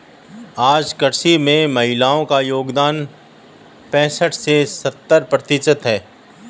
आज कृषि में महिलाओ का योगदान पैसठ से सत्तर प्रतिशत है